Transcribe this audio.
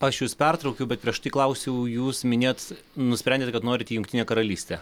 aš jus pertraukiau bet prieš tai klausiau jūs minėjot nusprendėt kad norit į jungtinę karalystę